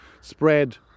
spread